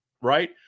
Right